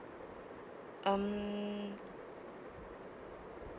um